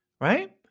Right